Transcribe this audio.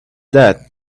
that